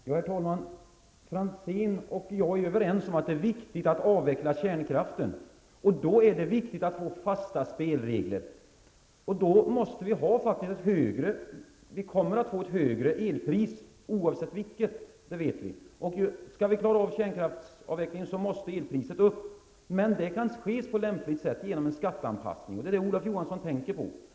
Herr talman! Ivar Franzén och jag är överens om att det är viktigt att avveckla kärnkraften, och då är det viktigt att få fasta spelregler. Vi kommer att få ett högre elpris, oavsett hur elen produceras, det vet vi. Skall vi klara kärnkraftsavvecklingen, måste elpriset upp. Det kan ske på lämpligt sätt genom en skatteanpassning, och det är det Olof Johansson tänker på.